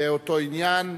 באותו עניין,